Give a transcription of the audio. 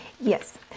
Yes